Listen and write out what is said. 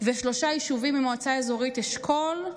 ושלושה יישובים ממועצה אזורית אשכול,